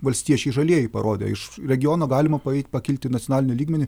valstiečiai žalieji parodė iš regiono galima paeit pakilt į nacionalinį lygmenį